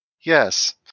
Yes